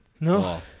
no